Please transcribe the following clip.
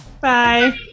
Bye